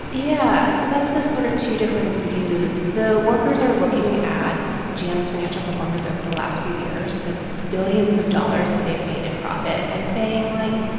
yeah. so that's the sort of two different views. the workers are looking at gm's financial performance over the last few years, the billions of dollars that they've made in profit, and saying like,